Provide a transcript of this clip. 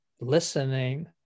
listening